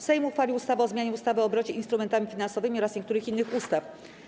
Sejm uchwalił ustawę o zmianie ustawy o obrocie instrumentami finansowymi oraz niektórych innych ustaw.